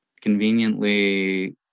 conveniently